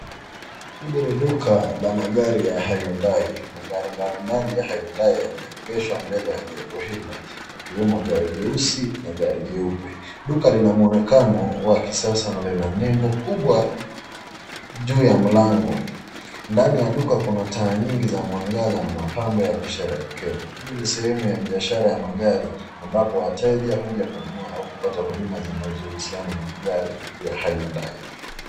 Ile ni duka la magari Hyundai, magari mbalimbali ya Hyundai yameegesha mbele ya jumba hilo yakiwemo gari jeusi na gari gari jeupe, duka lina mwonekano wa kisasa na vile nimbo kubwa juu ya mlango, ndani ya duka kuna taa nyingi za mwangaza na mapambo ya kusheherekea, hii ni sehemu ya biashara ya magari ambapo wateja huja kununua ama kupata huduma zinazohusiana na magari ya Hyundai.